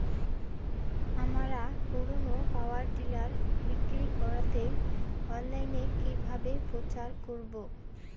আমার পুরনো power tiller বিক্রি করাতে অনলাইনে কিভাবে প্রচার করব?